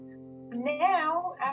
Now